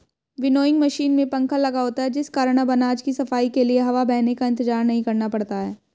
winnowing machine में पंखा लगा होता है जिस कारण अब अनाज की सफाई के लिए हवा बहने का इंतजार नहीं करना पड़ता है